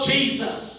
Jesus